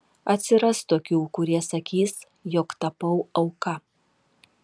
atsiras tokių kurie sakys jog tapau auka